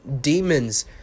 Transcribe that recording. Demons